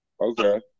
Okay